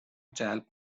جلب